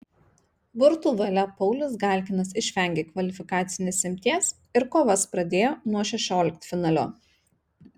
burtų valia paulius galkinas išvengė kvalifikacinės imties ir kovas pradėjo nuo šešioliktfinalio